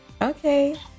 Okay